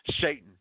Satan